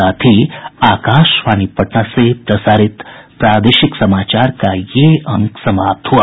इसके साथ ही आकाशवाणी पटना से प्रसारित प्रादेशिक समाचार का ये अंक समाप्त हुआ